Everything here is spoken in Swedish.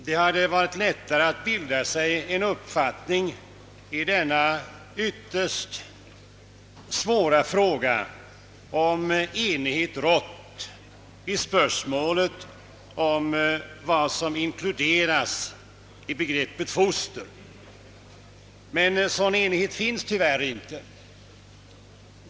Det hade varit lättare att bilda sig en uppfattning i denna ytterst svåra fråga om enighet rått i spörsmålet om vad som inkluderas i begreppet foster. Någon sådan enighet finns tyvärr inte.